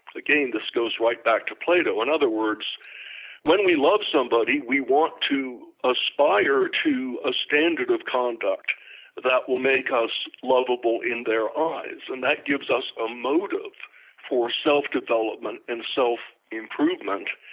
again, this goes right back to plato in other words when we love somebody we want to aspire to a standard of conduct that will make us lovable in their eyes and that gives us a motive for self development and self improvement.